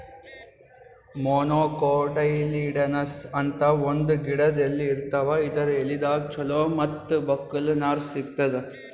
monocotyledonous ಅಂತ್ ಒಂದ್ ಗಿಡದ್ ಎಲಿ ಇರ್ತಾವ ಇದರ್ ಎಲಿದಾಗ್ ಚಲೋ ಮತ್ತ್ ಬಕ್ಕುಲ್ ನಾರ್ ಸಿಗ್ತದ್